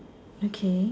okay